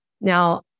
Now